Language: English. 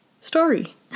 story